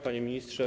Panie Ministrze!